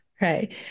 right